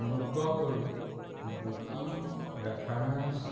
অনুগ্ৰহ কৰি booking reference